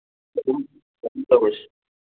ꯑꯗꯨꯝ ꯑꯗꯨꯝ ꯇꯧꯔꯁꯤ